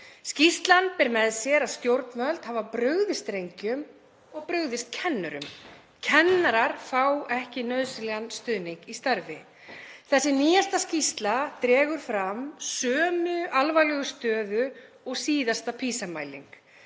Skýrslan ber með sér að stjórnvöld hafa brugðist drengjum og brugðist kennurum. Kennarar fá ekki nauðsynlegan stuðning í starfi. Þessi nýjasta skýrsla dregur fram sömu alvarlegu stöðu og síðasta PISA-mæling.